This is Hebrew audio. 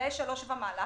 בגילאי 3 ומעלה